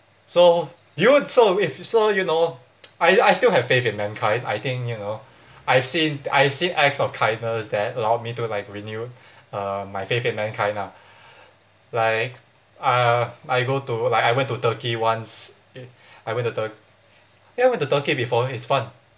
so do you so if you so you know I I still have faith in mankind I think you know I've seen I've seen acts of kindness that allowed me to like renewed uh my faith in mankind ah like uh I go to like I went to turkey once I went to tur~ ya I went to turkey before it's fun